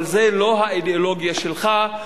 אבל זה לא האידיאולוגיה שלך.